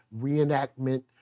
reenactment